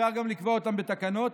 אפשר גם לקבוע אותם בתקנות,